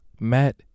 matt